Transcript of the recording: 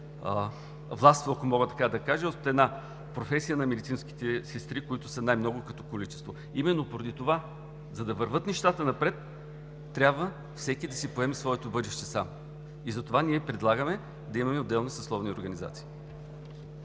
властва, ако мога така да кажа, от една професия на медицинските сестри, които са най-много като количество. Именно поради това, за да вървят нещата напред, трябва всеки да си поеме своето бъдеще сам, затова ние предлагаме да имаме отделни съсловни организации.